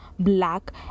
black